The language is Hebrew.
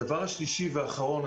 הדבר השלישי והאחרון,